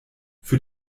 für